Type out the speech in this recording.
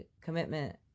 commitment